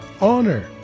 honor